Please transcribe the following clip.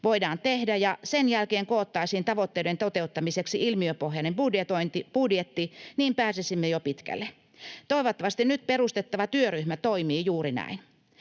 voidaan tehdä, ja sen jälkeen koottaisiin tavoitteiden toteuttamiseksi ilmiöpohjainen budjetti, niin pääsisimme jo pitkälle. Toivottavasti nyt perustettava työryhmä toimii juuri näin.